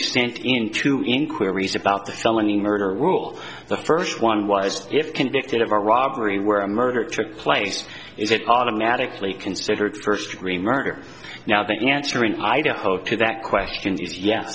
stand in two inquiries about the felony murder rule the first one was if convicted of a robbery where a murder took place is it automatically considered first degree murder now the answer in idaho to that question is ye